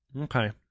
Okay